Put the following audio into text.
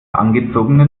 angezogene